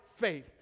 faith